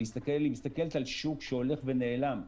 והיא מסתכלת על שוק שהולך ונעלם.